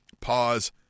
pause